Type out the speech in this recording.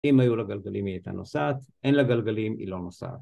אם היו לה גלגלים היא הייתה נוסעת, אין לה גלגלים היא לא נוסעת